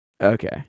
Okay